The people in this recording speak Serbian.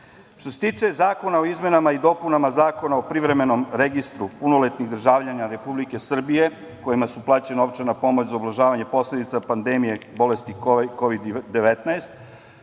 se tiče Zakona o izmenama i dopunama Zakona o privremenom registru punoletnih državljana Republike Srbije kojima je plaćena novčana pomoć za ublažavanje posledica pandemije bolesti Kovid 19,